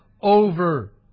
over